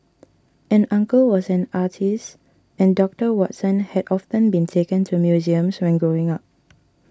an uncle was an artist and Doctor Watson had often been taken to museums when growing up